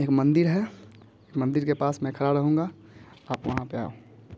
एक मंदिर है मंदिर के पास में खड़ा रहूँगा आप वहाँ पे आओ